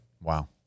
Wow